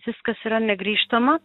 viskas yra negrįžtama